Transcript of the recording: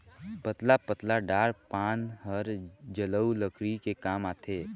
पतला पतला डार पान हर जलऊ लकरी के काम आथे